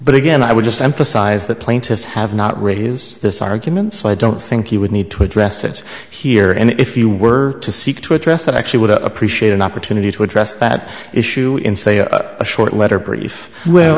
but again i would just emphasize the plaintiffs have not raised this argument so i don't think you would need to address it here and if you were to seek to address that i actually would appreciate an opportunity to address that issue in a short letter brief w